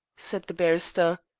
said the barrister.